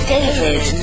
David